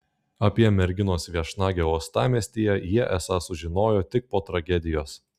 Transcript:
apie merginos viešnagę uostamiestyje jie esą sužinojo tik po tragedijos